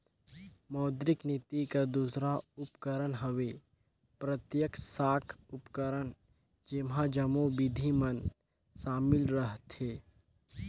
मौद्रिक नीति कर दूसर उपकरन हवे प्रत्यक्छ साख उपकरन जेम्हां जम्मो बिधि मन सामिल रहथें